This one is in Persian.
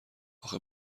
آخه